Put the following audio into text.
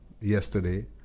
yesterday